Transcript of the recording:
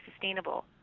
sustainable